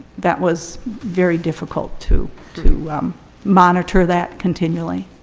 that was very difficult to to monitor that continually.